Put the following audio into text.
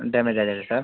ಡ್ಯಾಮೇಜಾಗಿದೆಯಾ sir